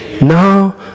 now